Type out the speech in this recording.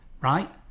right